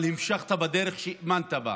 אבל המשכת בדרך שהאמנת בה,